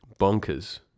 bonkers